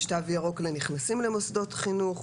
יש "תו ירוק" לנכנסים למוסדות החינוך.